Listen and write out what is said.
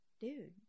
dude